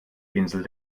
insel